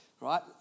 right